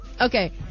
Okay